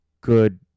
good